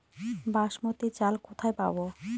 বাসমতী চাল কোথায় পাবো?